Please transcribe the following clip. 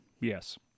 Yes